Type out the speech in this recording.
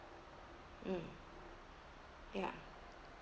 mm ya